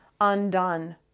undone